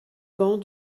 bancs